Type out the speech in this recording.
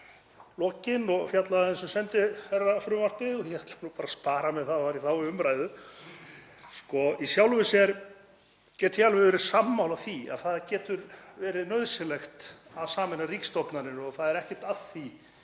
lokin og fjallaði aðeins um sendiherrafrumvarpið og ég ætla bara að spara mér það að fara í þá umræðu. Í sjálfu sér get ég alveg verið sammála því að það getur verið nauðsynlegt að sameina ríkisstofnanir og það er ekkert að því